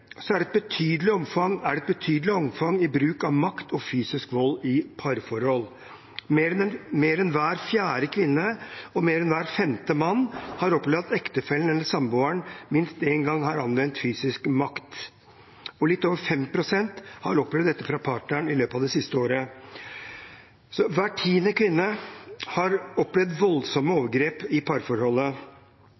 er det et betydelig omfang i bruk av makt og fysisk vold i parforhold. Mer enn hver fjerde kvinne og mer enn hver femte mann har opplevd at ektefellen eller samboeren minst en gang har anvendt fysisk makt. Litt over 5 pst. har opplevd dette fra partneren i løpet av det siste året. Hver tiende kvinne har opplevd voldsomme